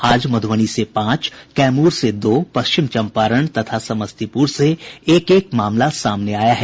आज मधुबनी से पांच कैमूर से दो पश्चिम चंपारण तथा समस्तीपुर से एक एक मामला सामने आया है